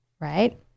right